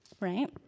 right